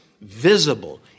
visible